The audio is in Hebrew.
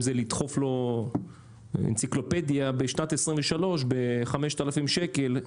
אם זה לדחוף לו אנציקלופדיה בשנת 2023 ב-5,000 שקלים.